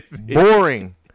boring